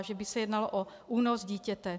Že by se jednalo o únos dítěte.